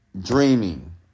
dreaming